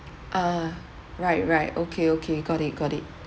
ah right right okay okay got it got it